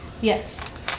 Yes